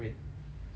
small brain